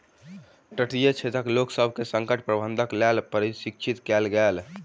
तटीय क्षेत्रक लोकसभ के संकट प्रबंधनक लेल प्रशिक्षित कयल गेल